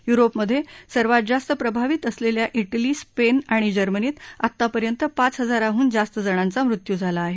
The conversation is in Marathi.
युरोपमधे सर्वात जास्त प्रभावित असलेल्या इटली स्पेन आणि जर्मनीत आतापर्यंत पाच हजारांडून जास्त जणांचा मृत्यू झाला आहे